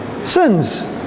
Sins